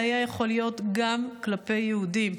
זה היה יכול להית גם כלפי יהודים,